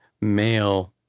male